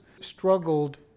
struggled